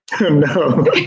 No